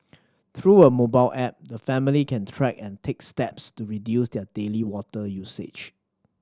through a mobile app the family can track and take steps to reduce their daily water usage